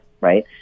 right